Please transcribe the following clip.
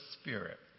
spirit